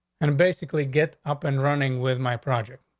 and basically get up and running with my project.